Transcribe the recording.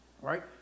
right